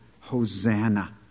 Hosanna